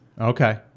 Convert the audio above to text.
Okay